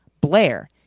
Blair